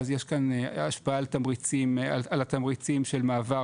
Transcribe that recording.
יש גם השפעה על תמריצים של מעבר